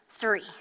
three